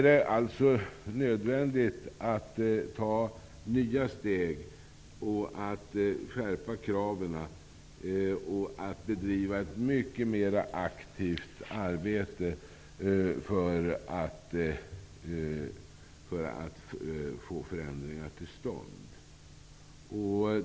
Det är nödvändigt att ta nya steg, att skärpa kraven och att bedriva ett mycket mer aktivt arbete för att få förändringar till stånd.